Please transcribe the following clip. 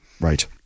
Right